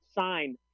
sign